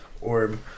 orb